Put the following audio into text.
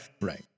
right